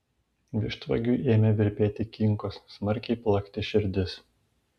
vištvagiui ėmė virpėti kinkos smarkiai plakti širdis